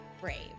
brave